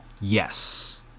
Yes